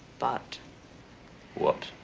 but what?